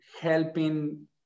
helping